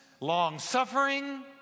Long-suffering